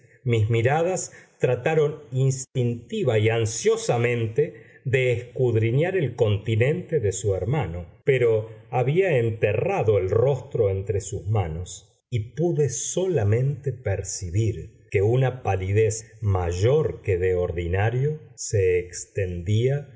mis miradas trataron instintiva y ansiosamente de escudriñar el continente de su hermano pero había enterrado el rostro entre sus manos y pude solamente percibir que una palidez mayor que de ordinario se extendía